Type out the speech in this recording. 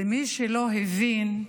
למי שלא הבין,